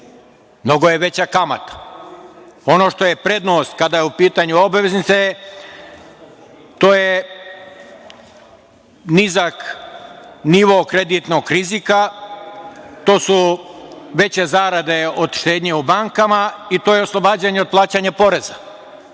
Mnogo je veća kamata. Ono što je prednost kada su u pitanju obveznice, to je nizak nivo kreditnog rizika, to su veće zarade od štednje u bankama i to je oslobađanje od plaćanja poreza